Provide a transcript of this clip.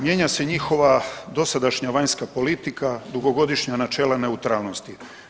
Mijenja se njihova dosadašnja vanjska politika, dugogodišnja načela neutralnosti.